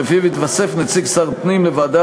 שלפיו יתווסף נציג שר הפנים לוועדה